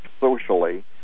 socially